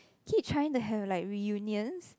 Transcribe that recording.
keep trying to have like reunions